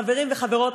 חברים וחברות,